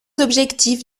objectifs